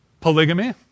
Polygamy